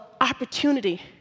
opportunity